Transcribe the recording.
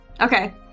Okay